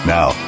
Now